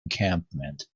encampment